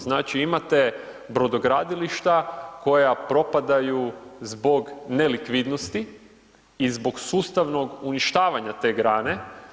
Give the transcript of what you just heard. Znači imate brodogradilišta koja propadaju zbog nelikvidnosti i zbog sustavnog uništavanja te grane.